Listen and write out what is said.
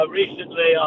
recently